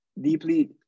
deeply